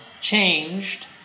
changed